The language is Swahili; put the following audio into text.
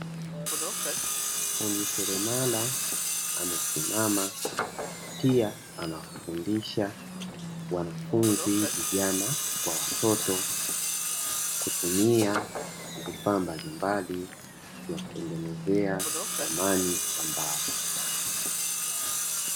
Fundi seremala amesimama pia anafundisha wanafunzi vijana kwa watoto, kutumia vifaa mbalimbali vya kutengenezea samani za mbao.